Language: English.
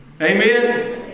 Amen